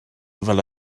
fel